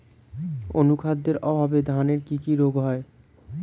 অনুখাদ্যের অভাবে ধানের কি কি রোগ হয়?